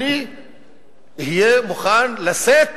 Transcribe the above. אני אהיה מוכן לשאת